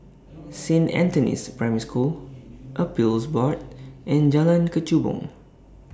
Saint Anthony's Primary School Appeals Board and Jalan Kechubong